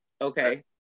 Okay